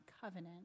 covenant